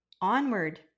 onward